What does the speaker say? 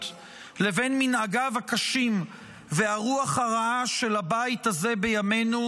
לבין מנהגיו הקשים והרוח הרעה של הבית הזה בימינו,